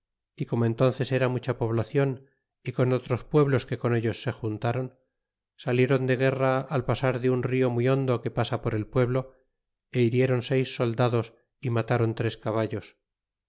y como enlances era mucha poblacion y con otros pueblos que con ellos se juntaron salieron de guerra el pasar de un río muy hondo que pasa por e pueblo é hirieron seis soldados y mataron tres caballos